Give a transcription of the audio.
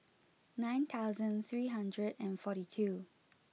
nine thousand three hundred and forty two